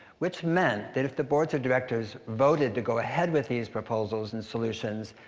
which meant that if the boards of directors voted to go ahead with these proposals and solutions,